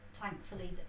thankfully